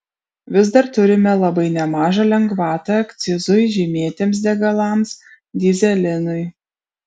vis dar turime labai nemažą lengvatą akcizui žymėtiems degalams dyzelinui